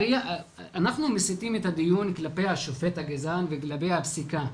אנחנו מסיתים את הדיון כלפי השופט הגזען וכלפי הפסיקה.